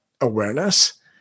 awareness